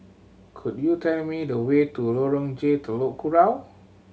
could you tell me the way to Lorong J Telok Kurau